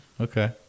Okay